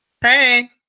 hey